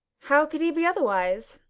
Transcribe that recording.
how could he be otherwise,